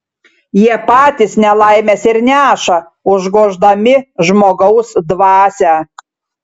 jie patys nelaimes ir neša užgoždami žmogaus dvasią